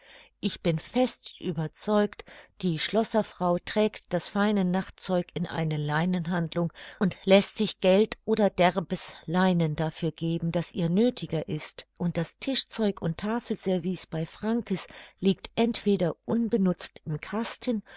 ich bin fest überzeugt die schlosserfrau trägt das feine nachtzeug in eine leinenhandlung und läßt sich geld oder derbes leinen dafür geben das ihr nöthiger ist und das tischzeug und tafelservice bei frankes liegt entweder unbenutzt im kasten